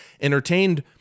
entertained